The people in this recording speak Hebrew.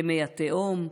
למי התהום,